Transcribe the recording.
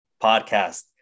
podcast